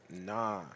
nah